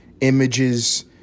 images